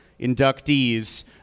inductees